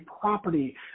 property